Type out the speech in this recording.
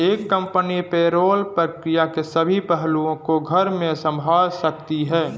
एक company payroll प्रक्रिया के सभी पहलुओं को घर में संभाल सकती है